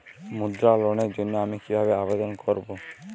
মুদ্রা লোনের জন্য আমি কিভাবে আবেদন করবো?